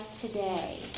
today